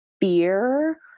fear